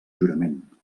jurament